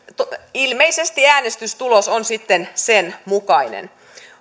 ilmeisesti äänestystulos on sitten sen mukainen